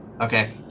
Okay